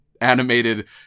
animated